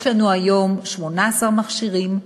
יש לנו היום 18 מכשירים,